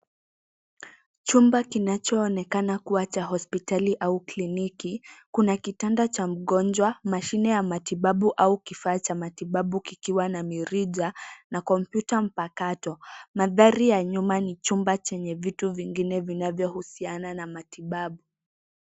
Chumba kinachoonekana kuwa cha hospitali au kliniki. Kuna kitanda cha mgonjwa, mashine ya matibabu au kifaa cha matibabu kikiwa na mrija na kompyuta mpakato. Mandhari ya nyuma ni chumba chenye vitu vingine vinavyohusiana na matibabu.